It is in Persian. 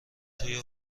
توی